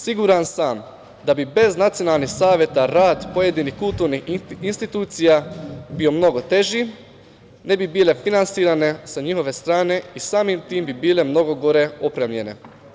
Siguran sam da bu bez nacionalnih saveta rad pojedinih kulturnih institucija bio mnogo teži, ne bi bile finansirane sa njihove strane i samim tim bi bile mnogo gore opremljene.